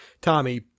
Tommy